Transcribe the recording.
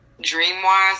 dream-wise